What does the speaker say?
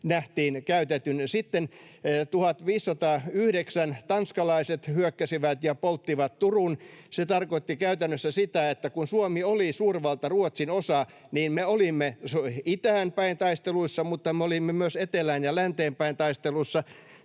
vuotta myöhemmin. Sitten 1509 tanskalaiset hyökkäsivät ja polttivat Turun. Se tarkoitti käytännössä sitä, että kun Suomi oli suurvalta-Ruotsin osa, me olimme itään päin taisteluissa mutta me olimme myös etelään ja länteen päin taisteluissa.